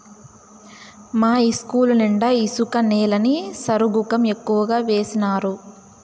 మా ఇస్కూలు నిండా ఇసుక నేలని సరుగుకం ఎక్కువగా వేసినారు